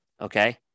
Okay